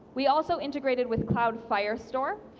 we also integrated with cloud fire store,